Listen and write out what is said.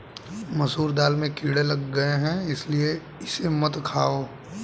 मसूर दाल में कीड़े लग गए है इसलिए इसे मत खाओ